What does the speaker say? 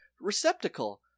receptacle